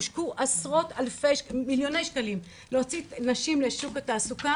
הושקעו עשרות מיליוני שקלים להוציא נשים לשוק התעסוקה